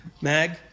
mag